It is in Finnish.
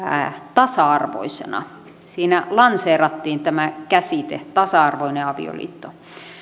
tasa arvoisena siinä lanseerattiin tämä käsite tasa arvoinen avioliitto